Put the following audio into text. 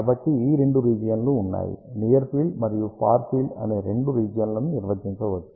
కాబట్టి ఈ రెండు రీజియన్ లు ఉన్నాయి నియర్ ఫీల్డ్ మరియు ఫార్ ఫీల్డ్ అనే రెండు రీజియన్లను నిర్వచించవచ్చు